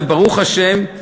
וברוך השם,